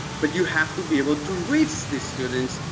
but you have to be able to reach these students,